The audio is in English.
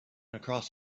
across